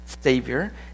Savior